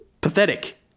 pathetic